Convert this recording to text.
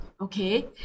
Okay